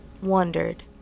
wondered